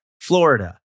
Florida